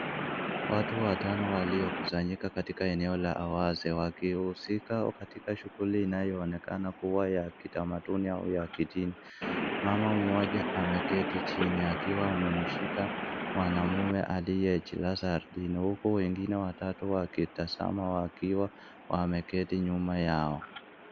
Watu watano walio kusanyika katika eneo la wazi wakihusika katika shughuli inayoonekana kuwa ya kitamaduni au ya kidini. Mama mmoja ameketi chini akiwa amemshika mwanaume aliyejilaza ardini huku wengine watatu wakitazama wakiwa wameketi nyuma yao.